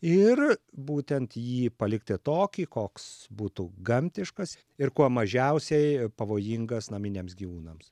ir būtent jį palikti tokį koks būtų gamtiškas ir kuo mažiausiai pavojingas naminiams gyvūnams